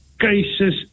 cases